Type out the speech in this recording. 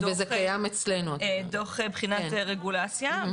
דוח בחינת רגולציה,